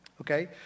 Okay